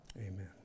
Amen